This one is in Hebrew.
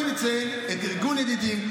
אני מציין את ארגון ידידים,